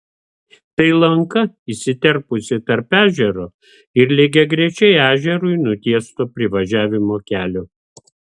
tai lanka įsiterpusi tarp ežero ir lygiagrečiai ežerui nutiesto privažiavimo kelio